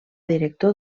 director